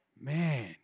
Man